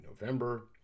November